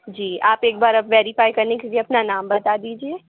जी आप एक बार वेरीफ़ाई करने के लिए अपना नाम बता दीजिए